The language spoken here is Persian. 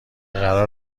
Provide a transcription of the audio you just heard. قرار